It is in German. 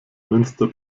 münster